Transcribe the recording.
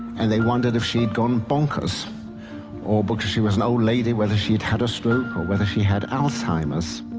and they wondered if she had gone bonkers or, because she was an old lady, whether she had had a stroke or whether she had alzheimer's.